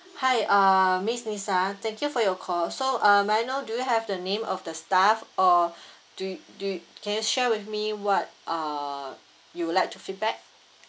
hi uh miss lisa thank you for your call so uh may I know do you have the name of the staff or do do can you share with me what uh you would like to feedback